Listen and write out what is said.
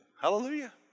Hallelujah